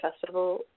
festival